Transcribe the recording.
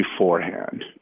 beforehand